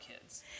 kids